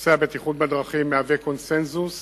נושא הבטיחות בדרכים הוא קונסנזוס